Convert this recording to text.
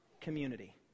community